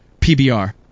PBR